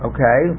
Okay